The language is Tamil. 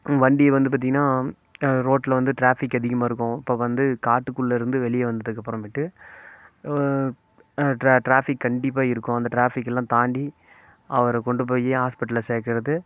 வண்டி வந்து பார்த்திங்கனா ரோட்டில் வந்து ட்ராஃபிக் அதிகமாக இருக்கும் இப்போ வந்து காட்டுக்குள்ளே இருந்து வெளியே வந்ததுக்கு அப்புறமேட்டு ட்ராஃபிக் கண்டிப்பாக இருக்கும் அந்த ட்ராஃபிக் எல்லாம் தாண்டி அவரை கொண்டு போய் ஹாஸ்பிட்டலில் சேர்க்குறது